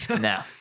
No